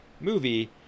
movie